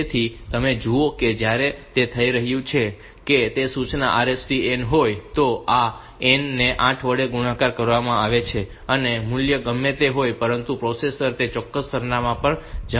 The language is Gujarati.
તેથી તમે જુઓ છો કે ત્યાં જે થઈ રહ્યું છે તે એ છે કે જો સૂચના RST n હોય તો આ n ને 8 વડે ગુણાકાર કરવામાં આવે છે અને મૂલ્ય ગમે તે હોય પરંતુ પ્રોસેસર તે ચોક્કસ સરનામાં પર જમ્પ કરશે